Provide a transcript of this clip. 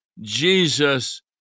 Jesus